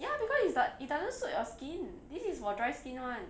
ya because is the it doesn't suit your skin this is for dry skin [one]